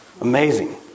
Amazing